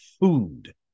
food